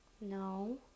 No